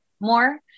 more